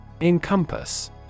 Encompass